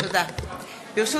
ברשות